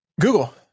Google